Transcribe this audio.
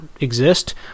exist